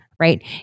right